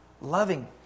loving